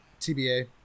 TBA